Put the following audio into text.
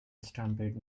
stampede